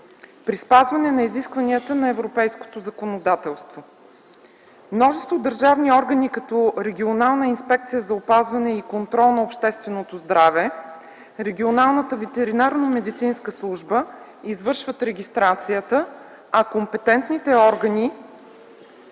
при спазване на изискванията на европейското законодателство. Множество държавни органи като Регионална инспекция за опазване и контрол на общественото здраве, Регионалната ветеринарномедицинска служба извършват регистрацията, а компетентните органи